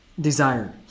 desire